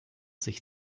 sich